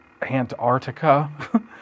Antarctica